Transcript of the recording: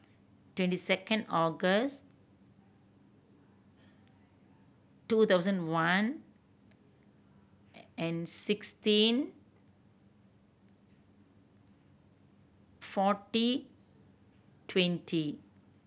twenty second August two thousand one and sixteen forty twenty